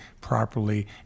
properly